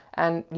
and, you